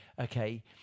okay